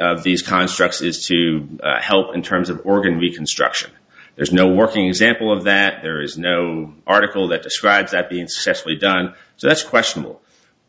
is the constructs is to help in terms of organ reconstruction there's no working example of that there is no article that describes that incessantly done so that's questionable